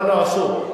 לא, אסור.